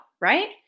right